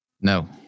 No